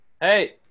Hey